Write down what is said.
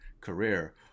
career